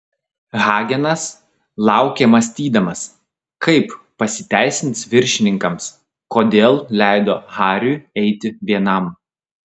hagenas laukė mąstydamas kaip pasiteisins viršininkams kodėl leido hariui eiti vienam